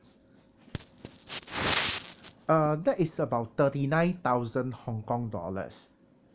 uh that is about thirty nine thousand hong kong dollars